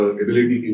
ability